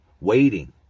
waiting